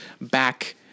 back